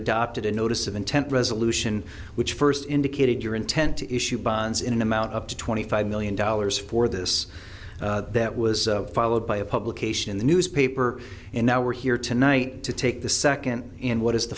adopted a notice of intent resolution which first indicated your intent to issue bonds in an amount up to twenty five million dollars for this that was followed by a publication in the newspaper and now we're here tonight to take the second in what is the